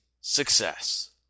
Success